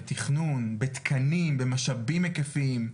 בתכנון, בתקנים, במשאבים היקפיים.